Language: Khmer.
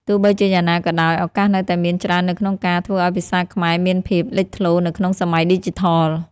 ទោះបីជាយ៉ាងណាក៏ដោយ ឱកាសនៅតែមានច្រើននៅក្នុងការ ធ្វើឲ្យភាសាខ្មែរមានភាពលេចធ្លោនៅក្នុងសម័យឌីជីថល។